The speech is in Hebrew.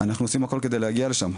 אנחנו עושים הכול כדי להגיע לשם.